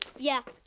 yeah,